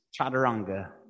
Chaturanga